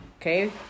Okay